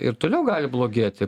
ir toliau gali blogėti